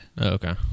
Okay